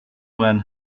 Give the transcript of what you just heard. men